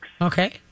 Okay